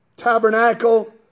Tabernacle